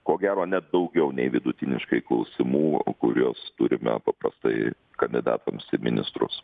ko gero net daugiau nei vidutiniškai klausimų kuriuos turime paprastai kandidatams į ministrus